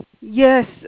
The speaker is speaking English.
Yes